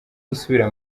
gusubira